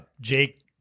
jake